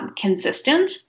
consistent